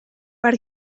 per